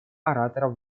оратора